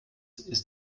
ist